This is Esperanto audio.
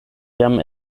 jam